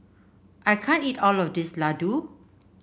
I can't eat all of this Ladoo